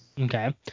Okay